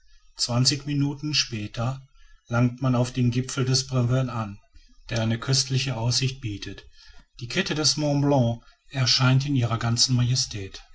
zwanzig minuten später langt man auf dem gipfel des brevent an der eine köstliche aussicht bietet die kette des mont blanc erscheint in ihrer ganzen majestät